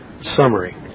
Summary